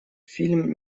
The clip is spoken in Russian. фильм